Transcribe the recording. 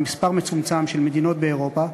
במספר מצומצם של מדינות באירופה,